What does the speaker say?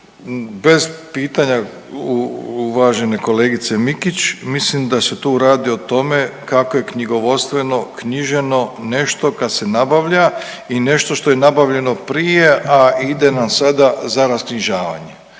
Bez pitanja uvažene kolegice Mikić mislim da se tu radi o tome kako je knjigovodstveno knjiženo nešto kad se nabavlja i nešto što je nabavljeno prije, a ide nam sada za rasknjižavanje.